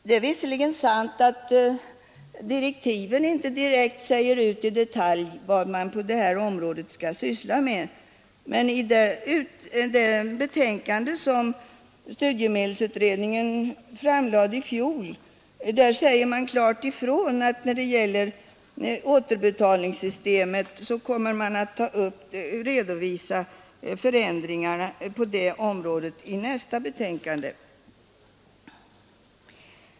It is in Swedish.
Det är visserligen sant att direktiven inte i detalj säger ut vad man på detta område skall syssla med, men i det betänkande som studiemedelsutredningen framlade i fjol sägs det klart ifrån att man kommer att redovisa förändringarna när det gäller återbetalningssystemet i nästa betänkande.